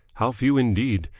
how few indeed,